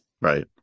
Right